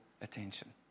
attention